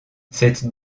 cette